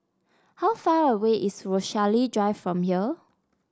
how far away is Rochalie Drive from here